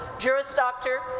juris doctor,